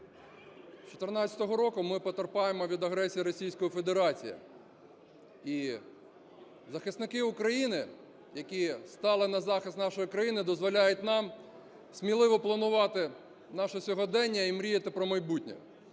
З 2014 року ми потерпаємо від агресії Російської Федерації. І захисники України, які стали на захист нашої країни, дозволяють нам сміливо планувати наше сьогодення і мріяти про майбутнє.